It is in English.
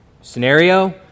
scenario